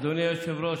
אדוני היושב-ראש,